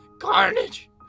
carnage